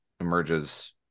emerges